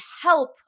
help